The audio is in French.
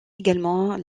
également